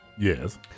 Yes